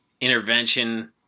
intervention